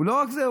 לא רק זה,